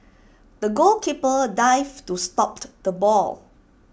the goalkeeper dived to stop the ball